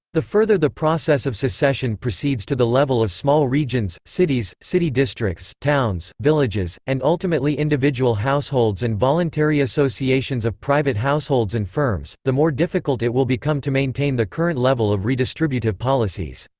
the further the process of secession proceeds to the level of small regions, cities, city districts, towns, villages, and ultimately individual households and voluntary associations of private households and firms, the more difficult it will become to maintain the current level of redistributive policies.